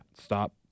Stop